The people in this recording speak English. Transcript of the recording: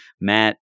Matt –